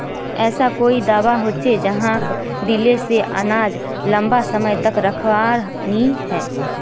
ऐसा कोई दाबा होचे जहाक दिले से अनाज लंबा समय तक खराब नी है?